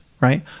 right